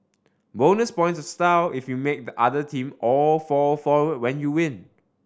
bonus points style if you make the other team all fall forward when you win